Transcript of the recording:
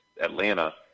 Atlanta